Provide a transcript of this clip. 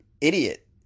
idiot